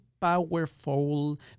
powerful